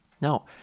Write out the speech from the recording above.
Now